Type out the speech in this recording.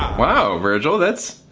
wow, virgil, that's.